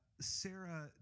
sarah